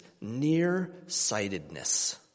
nearsightedness